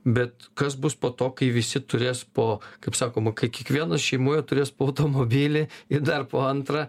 bet kas bus po to kai visi turės po kaip sakoma kai kiekvienas šeimoje turės po automobilį ir dar po antrą